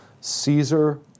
Caesar